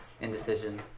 indecision